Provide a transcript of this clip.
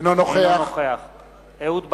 אינו נוכח אהוד ברק,